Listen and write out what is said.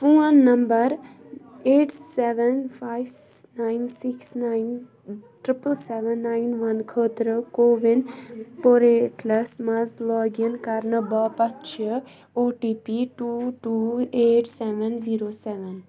phone number eight seven five nine six nine triple seven nine one خٲطرٕ CoWIN پورٹیلس مَنٛز log in کَرنہٕ باپتھ چھِ O T P two two eight seven zero seven